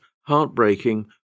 heartbreaking